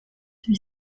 huit